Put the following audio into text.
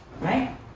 Right